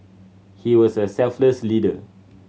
he was a selfless leader